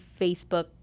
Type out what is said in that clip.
Facebook